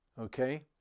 Okay